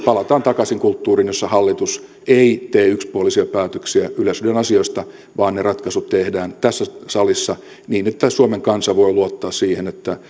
palataan takaisin kulttuuriin jossa hallitus ei tee yksipuolisia päätöksiä yleisradion asioista vaan ne ratkaisut tehdään tässä salissa niin että suomen kansa voi luottaa siihen että